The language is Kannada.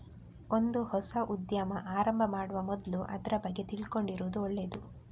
ಒಂದು ಹೊಸ ಉದ್ಯಮ ಆರಂಭ ಮಾಡುವ ಮೊದ್ಲು ಅದ್ರ ಬಗ್ಗೆ ತಿಳ್ಕೊಂಡಿರುದು ಒಳ್ಳೇದು